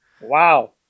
wow